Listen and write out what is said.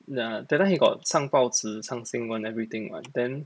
ya that time he got 上报纸上新闻 everything [what] then